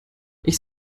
ich